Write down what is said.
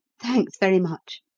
thanks very much.